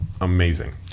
amazing